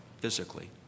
physically